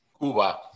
cuba